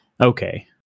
okay